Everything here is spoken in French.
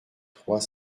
trois